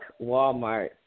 Walmart